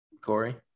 Corey